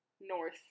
north